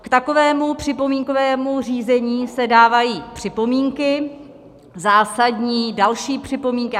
K takovému připomínkovému řízení se dávají připomínky zásadní, další připomínky.